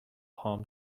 palm